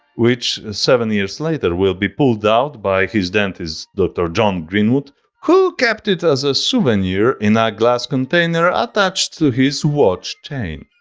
which seven years later will be pulled out by his dentist dr john greenwood who kept it as a souvenir in a glass container attached to his watch chain.